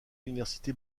l’université